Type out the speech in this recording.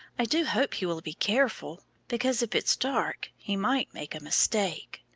i do hope he will be careful, because if it's dark he might make a mistake.